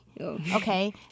Okay